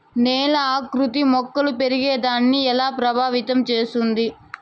నేల ఆకృతి మొక్కలు పెరిగేదాన్ని ఎలా ప్రభావితం చేస్తుంది?